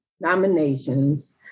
nominations